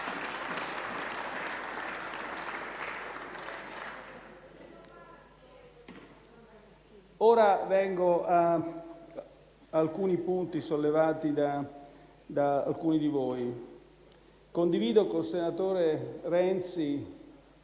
Ora vengo a dei punti sollevati da alcuni di voi. Condivido col senatore Renzi